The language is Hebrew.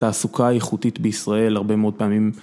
תעסוקה איכותית בישראל הרבה מאוד פעמים.